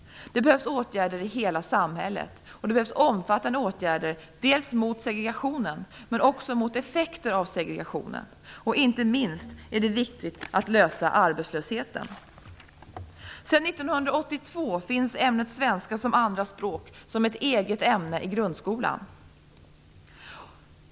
Det behövs åtgärder i hela samhället, och det behövs omfattande åtgärder dels mot segregationen, dels mot effekter av segregationen. Inte minst är det viktigt att lösa problemen med arbetslösheten. Sedan 1982 finns ämnet svenska som andraspråk som ett eget ämne i grundskolan.